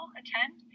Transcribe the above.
attend